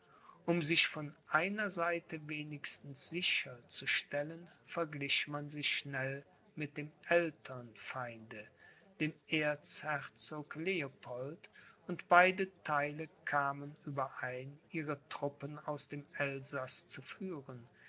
um sich von einer seite wenigstens sicher zu stellen verglich man sich schnell mit dem ältern feinde dem erzherzog leopold und beide theile kamen überein ihre truppen aus dem elsaß zu führen